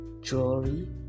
jewelry